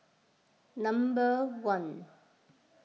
number one